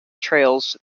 trails